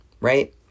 Right